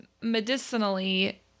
medicinally